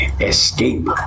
escape